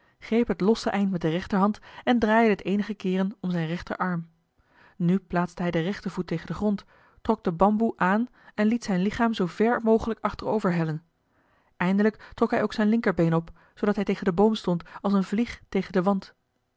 greep het losse eind met de rechterhand en draaide het eenige keeren om zijn rechterarm nu plaatste hij den rechter voet tegen den grond trok den bamboe aan en liet zijn lichaam zoo ver mogelijk achterover hellen eindelijk trok hij ook zijn linkerbeen op zoodat hij tegen den boom stond als eene vlieg tegen den wand